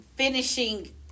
Finishing